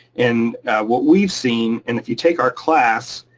and what we've seen, and if you take our class,